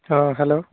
ହଁ ହ୍ୟାଲୋ